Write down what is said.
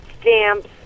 stamps